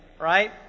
right